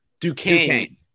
Duquesne